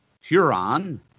Huron